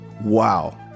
Wow